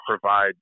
provide